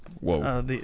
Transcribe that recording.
Whoa